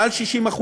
מעל 60%,